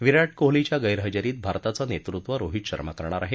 विराट कोहलीच्या गैरहजेरीत भारताचं नेतृत्व रोहित शर्मा करणार आहे